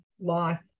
life